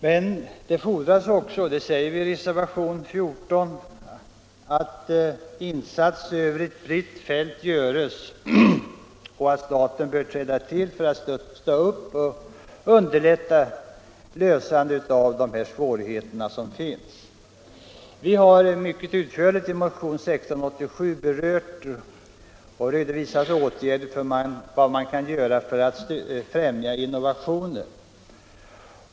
Men det fordras också — det säger vi i reservation nr 14 — insatser över ett brett fält. Även staten bör träda till och stötta upp och underlätta lösandet av de svårigheter som finns. Vi har i motionen 1687 mycket utförligt redovisat åtgärder som kan vidtas för att främja innovationer.